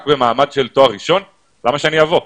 במעמד של תואר ראשון ולכן למה שהן יבואו?